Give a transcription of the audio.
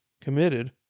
committed